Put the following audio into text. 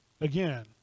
Again